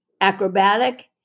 acrobatic